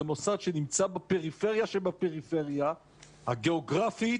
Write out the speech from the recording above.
זה מוסד שנמצא בפריפריה שבפריפריה הגיאוגרפית,